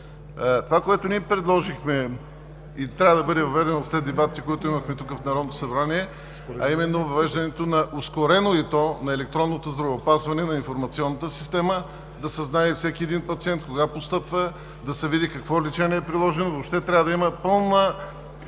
Това, което предложихме и трябва да бъде въведено след дебатите, които имахме тук, в Народното събрание, е именно въвеждането, и то ускорено, на електронното здравеопазване, на информационната система. Да се знае кога постъпва всеки един пациент, да се види какво лечение е приложено. Въобще трябва да има пълна